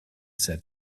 said